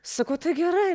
sakau tai gerai